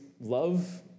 love